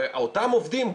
ואותם עובדים,